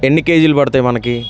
ఎన్ని కేజీలు పడతై మనకి